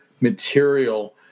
material